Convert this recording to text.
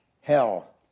hell